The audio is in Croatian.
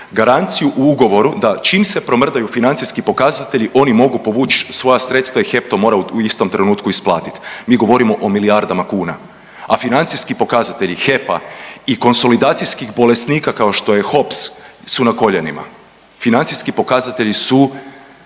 garanciju u ugovoru da čim se promrdaju financijski pokazatelji oni mogu povući svoja sredstva i HEP to mora u istom trenutku isplatiti. Mi govorimo o milijardama kuna, a financijski pokazatelji HEP-a i konsolidacijskih bolesnika kao što je HOPS su na koljenima. Financijski pokazatelji su